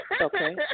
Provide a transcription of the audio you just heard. Okay